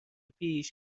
پیش